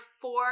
four